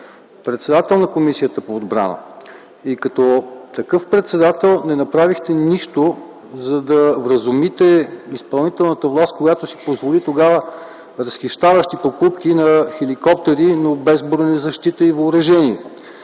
председател на Комисията по отбрана и като такъв не направихте нищо, за да вразумите изпълнителната власт, която си позволи тогава разхищаващи покупки на хеликоптери, но без бронезащита и въоръжение.